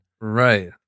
Right